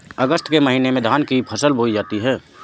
अगस्त के महीने में धान की फसल बोई जाती हैं